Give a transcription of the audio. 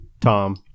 Tom